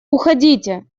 уходите